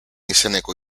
izeneko